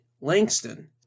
Langston